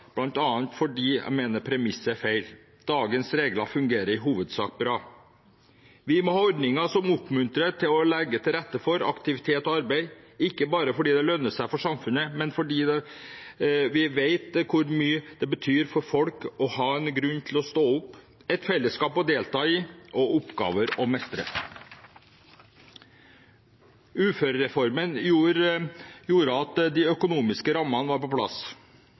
fordi jeg mener premisset er feil. Dagens regler fungerer i hovedsak bra. Vi må ha ordninger som oppmuntrer til å legge til rette for aktivitet og arbeid, ikke bare fordi det lønner seg for samfunnet, men fordi vi vet hvor mye det betyr for folk å ha en grunn til å stå opp, et fellesskap å delta i og oppgaver å mestre. Uførereformen gjorde at de økonomiske rammene var på plass,